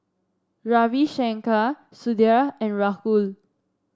Ravi Shankar Sudhir and Rahul